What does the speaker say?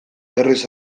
berriz